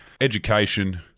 education